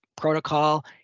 Protocol